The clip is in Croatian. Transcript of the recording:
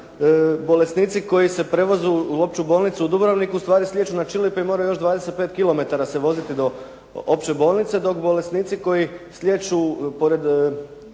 bolesnici koji se prevoze u opću bolnicu u Dubrovniku ustvari slijeću na Čilipe i moraju još 25 kilometara se voziti do opće bolnice, dok bolesnici koji slijeću pored